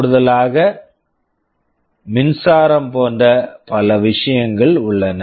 கூடுதலாக மின்சாரம் போன்ற பல விஷயங்கள் உள்ளன